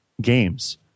games